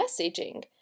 messaging